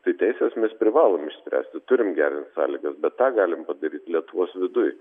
tai teises mes privalom išspręsti turim gerint sąlygas bet tą galim padaryt lietuvos viduj